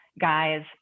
guys